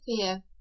fear